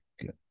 good